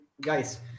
guys